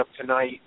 tonight